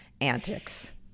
antics